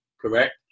correct